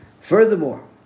Furthermore